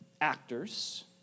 actors